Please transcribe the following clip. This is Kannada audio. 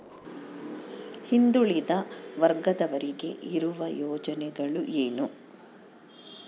ಹಿಂದುಳಿದ ವರ್ಗದವರಿಗೆ ಇರುವ ಯೋಜನೆಗಳು ಏನು?